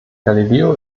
galileo